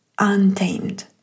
untamed